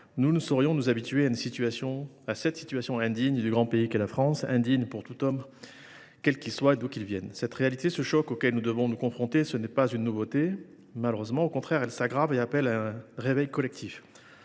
Nous ne saurions nous habituer à cette situation indigne du grand pays qu’est la France, indigne pour tout homme quel qu’il soit et d’où qu’il vienne. Cette réalité, ce choc auquel nous devons nous confronter, n’est pas une nouveauté. Au contraire, elle s’aggrave et appelle à un réveil collectif